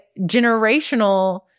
generational